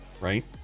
right